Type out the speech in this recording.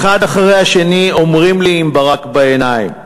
האחד אחרי השני אומרים לי עם ברק בעיניים: